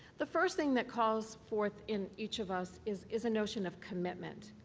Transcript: the first thing that calls forth in each of us is is a notion of commitment,